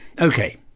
Okay